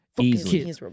easily